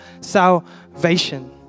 salvation